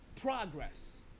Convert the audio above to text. progress